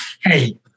hey